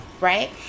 right